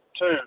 two